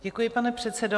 Děkuji, pane předsedo.